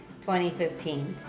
2015